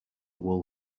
wool